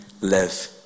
live